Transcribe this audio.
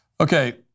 Okay